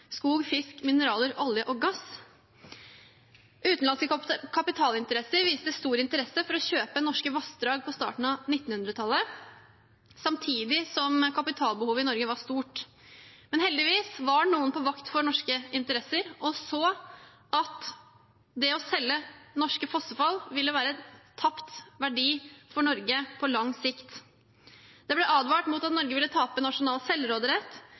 skog, fisk, mineraler, olje og gass. Utenlandske kapitalinteresser viste stor interesse for å kjøpe norske vassdrag på starten av 1900-tallet, samtidig som kapitalbehovet i Norge var stort. Men heldigvis var noen på vakt for norske interesser og så at det å selge norske fossefall ville være en tapt verdi for Norge på lang sikt. Det ble advart mot at Norge ville tape nasjonal selvråderett